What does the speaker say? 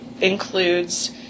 includes